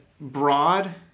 broad